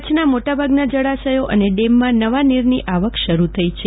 કચ્છના મોટાભાગના જળાશયો અને ડેમમાં નવા નીરની આવક શરૂ થયા છે